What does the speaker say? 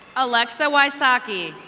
alexa waysaki.